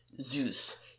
Zeus